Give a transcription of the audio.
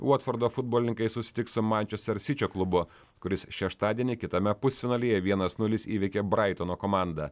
votfordo futbolininkai susitiks su manchester sičio klubu kuris šeštadienį kitame pusfinalyje vienas nulis įveikė braitono komandą